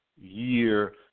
year